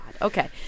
Okay